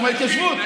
הוא מההתיישבות,